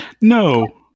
No